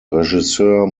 regisseur